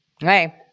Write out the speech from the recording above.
hey